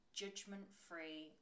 judgment-free